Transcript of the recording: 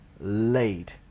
laid